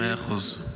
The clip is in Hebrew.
מאה אחוז.